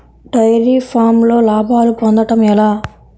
Dairy ఫామ్లో లాభాలు పొందడం ఎలా?